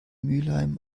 mülheim